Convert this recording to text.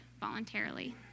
voluntarily